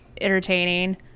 entertaining